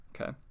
Okay